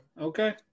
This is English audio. okay